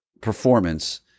performance